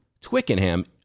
Twickenham